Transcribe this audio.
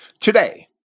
Today